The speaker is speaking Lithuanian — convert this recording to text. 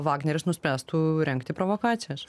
vagneris nuspręstų rengti provokacijas